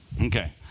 Okay